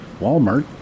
Walmart